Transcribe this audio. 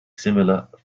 similar